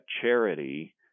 charity